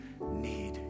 need